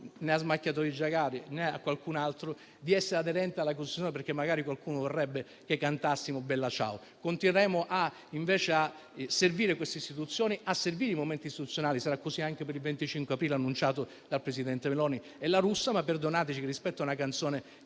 né a smacchiatori di giaguari né a qualcun altro - di essere aderenti alla Costituzione. Magari qualcuno vorrebbe che cantassimo «Bella ciao». Continueremo invece a servire le istituzioni e i momenti istituzionali. Sarà così anche per il 25 aprile, annunciato dal presidente Meloni e dal presidente La Russa. Perdonateci rispetto a una canzone